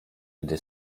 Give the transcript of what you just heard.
gdy